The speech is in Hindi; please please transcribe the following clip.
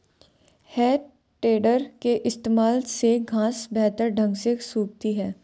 है टेडर के इस्तेमाल से घांस बेहतर ढंग से सूखती है